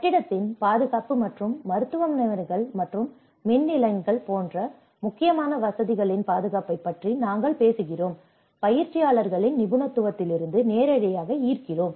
கட்டிடத்தின் பாதுகாப்பு மற்றும் மருத்துவமனைகள் மற்றும் மின் நிலையங்கள் போன்ற முக்கியமான வசதிகளின் பாதுகாப்பைப் பற்றி நாங்கள் பேசுகிறோம் பயிற்சியாளர்களின் நிபுணத்துவத்திலிருந்து நேரடியாக ஈர்க்கிறோம்